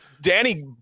Danny